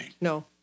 no